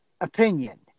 opinion